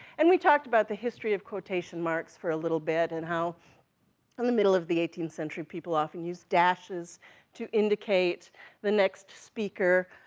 and we talked about the history of quotation marks for a little bit, and how in and the middle of the eighteenth century, people often used dashes to indicate the next speaker,